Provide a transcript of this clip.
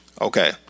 okay